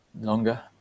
longer